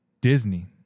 Disney